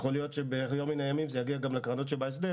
יכול להיות שביום מן הימים זה יגיע גם לקרנות שבהסדר.